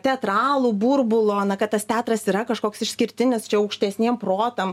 teatralų burbulo na kad tas teatras yra kažkoks išskirtinis čia aukštesniem protam